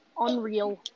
unreal